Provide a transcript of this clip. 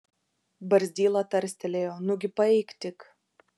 barzdyla tarstelėjo nugi paeik tik